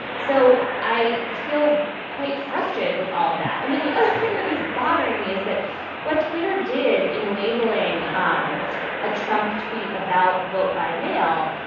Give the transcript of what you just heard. so i feel quite frustrated with all of that. i mean, the other thing that is bothering me is that what twitter did in labeling um a trump tweet about vote by mail.